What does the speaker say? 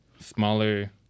smaller